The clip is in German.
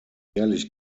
ehrlich